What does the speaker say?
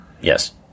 Yes